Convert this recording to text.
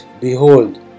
behold